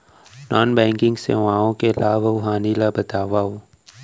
non banking सेवाओं के लाभ अऊ हानि ला बतावव